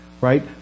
right